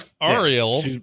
Ariel